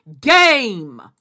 game